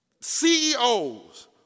CEOs